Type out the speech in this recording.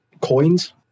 coins